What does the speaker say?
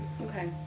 Okay